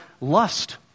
lust